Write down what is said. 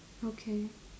okay